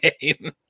game